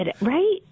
right